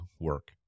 work